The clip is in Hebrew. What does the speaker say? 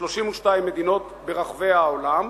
ב-32 מדינות ברחבי העולם,